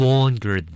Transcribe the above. Longer